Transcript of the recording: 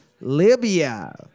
Libya